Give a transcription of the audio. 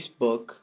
Facebook